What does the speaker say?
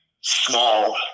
small